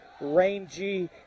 rangy